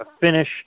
finish